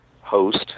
host